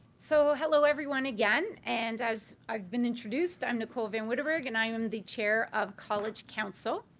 so hello, everyone, again. and as i've been introduced, i'm nicole van woudenberg and i am the chair of college council.